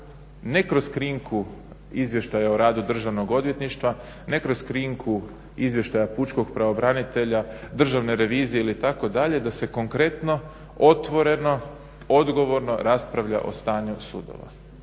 ne kroz krinku Izvještaja o radu Državnog odvjetništva, ne kroz krinku Izvještaja pučkog pravobranitelja, Državne revizije ili tako dalje da se konkretno, otvoreno odgovorno raspravlja o stanju sudova.